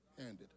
handed